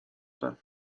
pas